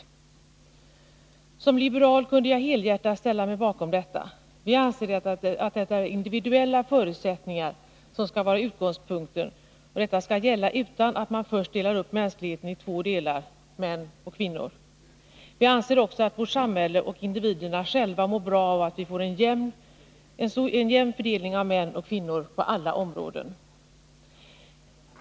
Som liberal kunde jag helhjärtat ställa mig bakom detta. Vi anser att det är individuella förutsättningar som skall vara utgångspunkten, och detta skall gälla utan att man först delar upp mänskligheten i två delar, män och kvinnor. Vi anser också att vårt samhälle och individerna själva mår bra av att vi får en jämn fördelning av män och kvinnor på alla områden.